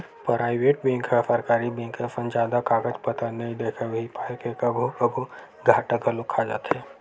private bank ह सरकारी bank असन जादा कागज पतर नइ देखय उही पाय के कभू कभू घाटा घलोक खा जाथे